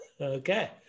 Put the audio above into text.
okay